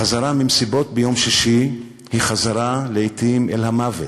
חזרה ממסיבות ביום שישי היא לעתים חזרה אל המוות.